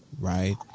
right